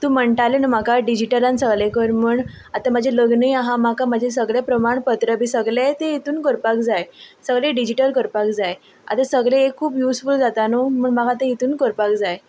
तूं म्हणटालें न्हू म्हाका डिजिटलान सगलें कर म्हण आतां म्हाजें लग्नय आसा म्हाका म्हाजे सगले प्रमाणपत्र बी सगलें तें हितून करपाक जाय सगलें डिजिटल करपाक जाय आतां सगलें एकू म्युजफूल जाता न्हू म्हूण म्हाका तें हितून करपाक जाय